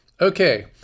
Okay